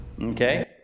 Okay